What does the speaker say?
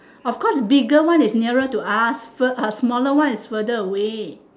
of course bigger one is nearer to us smaller one is further away